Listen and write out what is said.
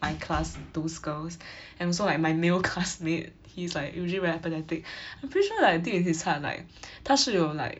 my class those girls and also like my male classmate he's like usually very emphathatic I'm pretty sure in his heart like 他是有 like